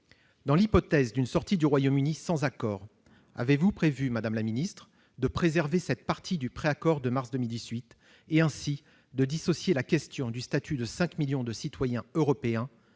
Dans l'hypothèse d'une sortie du Royaume-Uni sans accord, avez-vous prévu, madame la ministre, de préserver cette partie du pré-accord et ainsi de dissocier la question du statut de 5 millions de citoyens européens